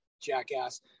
jackass